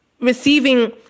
receiving